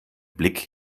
blick